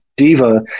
diva